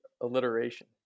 alliteration